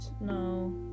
No